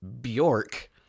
Bjork